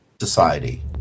society